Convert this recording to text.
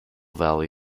valley